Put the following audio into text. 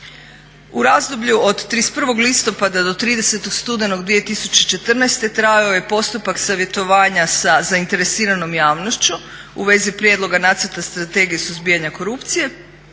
U razdoblju od 31.listopada do 30.studenog 2014.trajao je postupak savjetovanja sa zainteresiranom javnošću u vezi prijedloga nacrta Strategije suzbijanja korupcije,